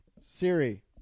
Siri